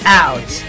out